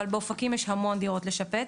אבל באופקים יש המון דירות לשפץ